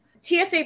TSA